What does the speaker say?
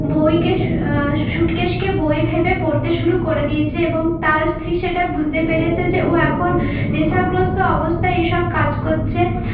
বইকে স্যুটকেসকে বই ভেবে পড়তে শুরু করে দিয়েছে এবং তার স্ত্রী সেটা বুঝতে পেরেছে যে ও এখন নেশাগ্রস্ত অবস্থায় এইসব কাজ করছে